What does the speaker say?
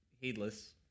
heedless